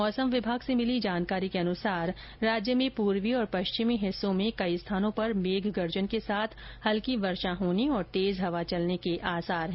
मौसम विभाग से भिली जानकारी के अनुसार राज्य में पूर्वी और पश्चिमी हिस्सों में कई स्थानों पर मेघ गर्जन के साथ हल्की वर्षा होने और तेज हवा चलने के आसार हैं